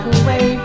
away